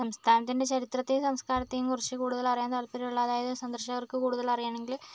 സംസ്ഥാനത്തിൻ്റെ ചരിത്രത്തെയും സംസ്കാരത്തെയും കുറിച്ച് കൂടുതൽ അറിയാൻ താല്പര്യം ഉള്ള അതായത് സന്ദർശകർക്ക് കൂടുതൽ അറിയണമെങ്കിൽ